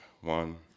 One